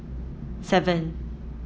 seven